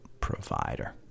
provider